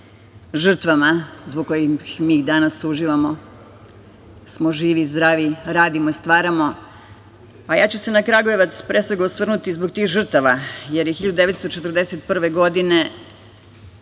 žrtvama zbog kojih mi danas uživamo, da smo živi i zdravi, radimo i stvaramo. Ja ću se na Kragujevac, pre svega, osvrnuti zbog tih žrtava, jer se 1941. godine